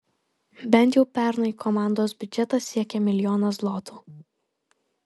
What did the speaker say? bent jau pernai komandos biudžetas siekė milijoną zlotų